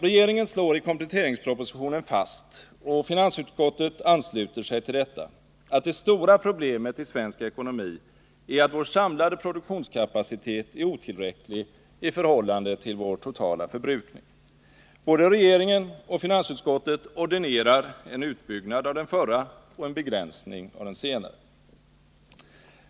Regeringen slår i kompletteringspropositionen fast, och finansutskottet ansluter sig till detta, att det stora problemet i svensk ekonomi är att vår samlade produktionskapacitet är otillräcklig i förhållande till vår totala resursförbrukning. Både regeringen och finansutskottet ordinerar en utbyggnad av den förra och en begränsning av den senare.